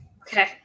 Okay